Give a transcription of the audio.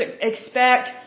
expect